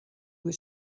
was